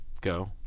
go